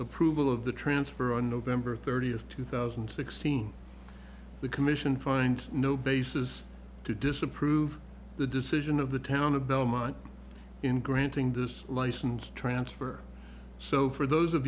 approval of the transfer on november thirtieth two thousand and sixteen the commission find no basis to disapprove the decision of the town of belmont in granting this license transfer so for those of